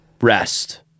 Rest